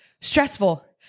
stressful